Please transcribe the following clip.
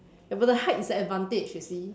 ya but the height is a advantage you see